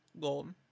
gold